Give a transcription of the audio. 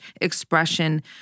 expression